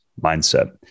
mindset